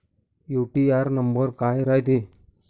UTR number काय रायते?